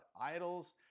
idols